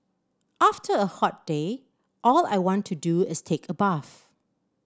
after a hot day all I want to do is take a bath